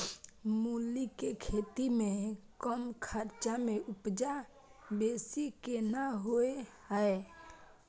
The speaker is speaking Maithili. मूली के खेती में कम खर्च में उपजा बेसी केना होय है?